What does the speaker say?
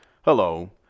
hello